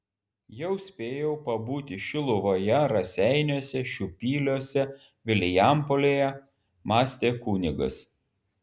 jau spėjau pabūti šiluvoje raseiniuose šiupyliuose vilijampolėje mąstė kunigas